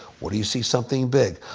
or do you see something big?